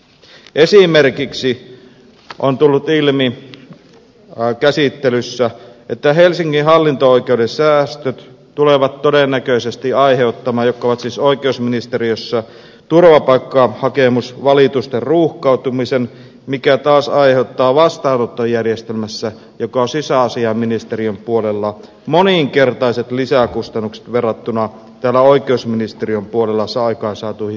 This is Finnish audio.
esimerkiksi on tullut ilmi käsittelyssä että helsingin hallinto oikeuden säästöt jotka ovat siis oikeusministeriössä tulevat todennäköisesti aiheuttamaan turvapaikkahakemusvalitusten ruuhkautumisen mikä taas aiheuttaa vastaanottojärjestelmässä joka on sisäasiainministeriön puolella moninkertaiset lisäkustannukset verrattuna täällä oikeusministeriön puolella aikaansaatuihin säästöihin